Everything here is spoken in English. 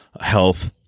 health